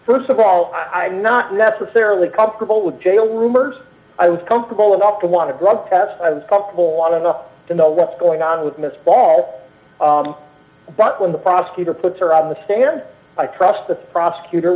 first of all i'm not necessarily comfortable with jail rumors i was comfortable enough to want to drug tests i was comfortable on enough to know what's going on with miss prall but when the prosecutor put her on the stand i trust the prosecutor